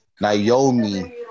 Naomi